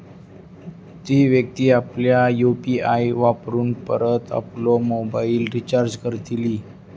ती व्यक्ती आपल्या यु.पी.आय वापरून परत आपलो मोबाईल रिचार्ज करतली